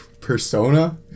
persona